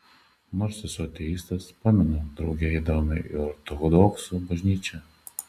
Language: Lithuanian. nors esu ateistas pamenu drauge eidavome į ortodoksų bažnyčią